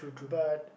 but